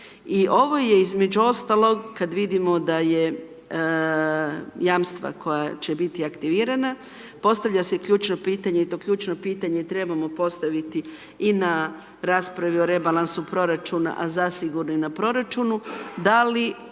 I ovo je između ostalog kad vidimo da je jamstva koja će biti aktivirana, postavlja se ključno pitanje i to ključno pitanje trebamo postaviti i na raspravi o rebalansu proračuna a zasigurno i na proračunu, da li